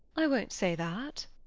i wou't say that.